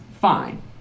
fine